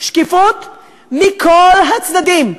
שקיפות מכל הצדדים.